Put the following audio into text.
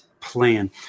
plan